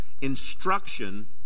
instruction